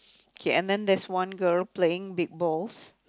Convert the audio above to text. K and then there's one girl playing with both